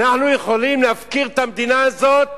אנחנו יכולים להפקיר את המדינה הזאת